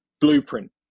blueprint